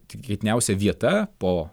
tikėtiniausia vieta po